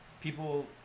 people